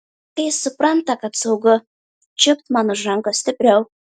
kai supranta kad saugu čiupt man už rankos stipriau